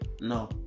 No